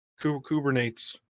kubernetes